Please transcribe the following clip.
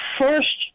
first